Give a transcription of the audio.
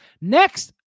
Next